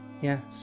Yes